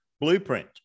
blueprint